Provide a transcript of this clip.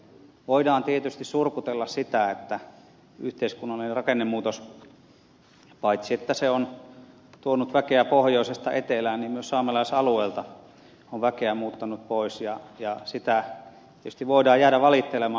voidaan tietysti surkutella sitä että paitsi yhteiskunnallinen rakennemuutos on tuonut väkeä pohjoisesta etelään niin myös saamelaisalueelta on väkeä muuttanut pois ja sitä tietysti voidaan jäädä valittelemaan